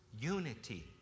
unity